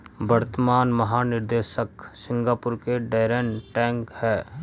वर्तमान महानिदेशक सिंगापुर के डैरेन टैंग हैं